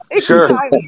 Sure